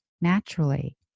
naturally